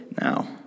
now